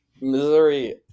Missouri